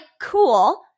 cool